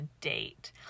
date